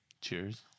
Cheers